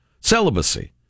Celibacy